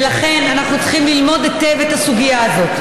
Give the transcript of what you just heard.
ולכן, אנחנו צריכים ללמוד היטב את הסוגיה הזאת.